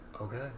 Okay